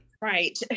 right